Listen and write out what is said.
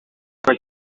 cyane